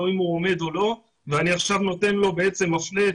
אם הוא עומד או לא ואני עכשיו מפלה את